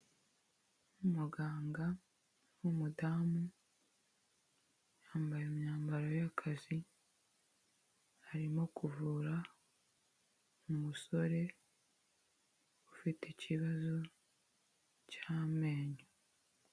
umuganga w'umudamu yambaye imyambaro y'akazi, arimo kuvura umusore ufite ikibazo cy'amenyo.